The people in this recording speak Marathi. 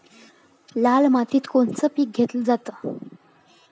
लाल मातीत कोनचं पीक घेतलं जाते?